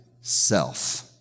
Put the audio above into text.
self